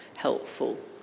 helpful